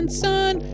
sun